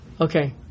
Okay